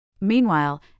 Meanwhile